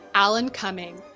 alan cumming.